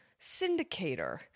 syndicator